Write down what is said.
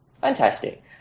Fantastic